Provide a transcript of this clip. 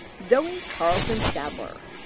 zoe carlson-stadler,